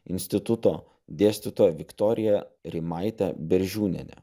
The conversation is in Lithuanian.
instituto dėstytoja viktorija rimaitė beržiūnienė